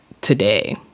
today